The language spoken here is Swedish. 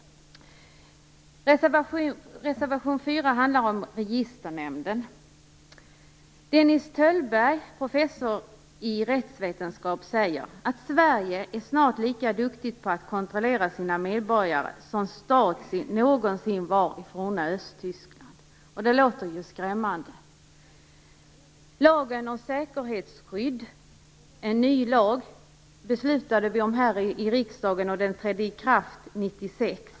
Reservation 4 hamnar om registernämnden. Dennis Töllborg, professor i rättsvetenskap, menar att Sverige snart är lika duktigt på att kontrollera sina medborgare som Stasi någonsin var i f.d. Östtyskland. Det låter ju skrämmande. Den nya lagen om säkerhetsskydd har vi beslutat om här i riksdagen, och den trädde i kraft 1996.